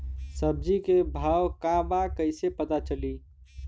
सब्जी के भाव का बा कैसे पता चली?